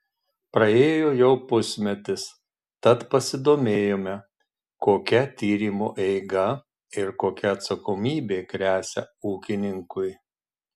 praėjo jau pusmetis tad pasidomėjome kokia tyrimo eiga ir kokia atsakomybė gresia ūkininkui